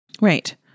Right